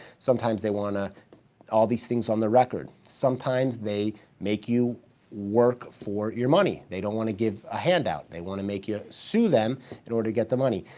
sometimes they want all these things on the record. sometimes they make you work for your money. they don't wanna give a handout, they wanna make you sue them in order to get the money.